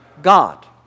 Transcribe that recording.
God